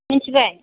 मिथिबाय